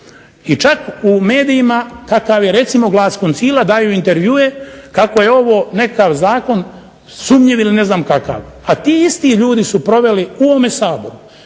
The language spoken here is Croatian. I čak u medijima kakav je recimo "Glas Koncila" daju intervjue kako je ovo nekakav zakon sumnjiv ili ne znam kakav. A ti isti ljudi su proveli u ovome Saboru